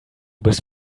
bist